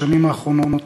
בשנים האחרונות,